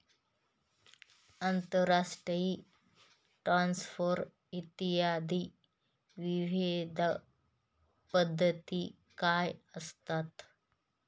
आंतरराष्ट्रीय ट्रान्सफर इत्यादी विविध पद्धती काय असतात?